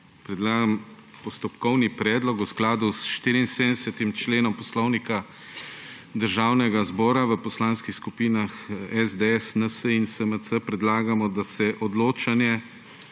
Predlagam postopkovni predlog v skladu s 74. členom Poslovnika Državnega zbora. V poslanskih skupinah SDS, NSi in SMC predlagamo, da se odločanje